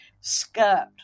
skirt